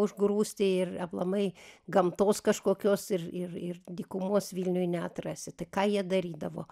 užgrūsti ir aplamai gamtos kažkokios ir ir ir dykumos vilniuj neatrasi tai ką jie darydavo